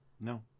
No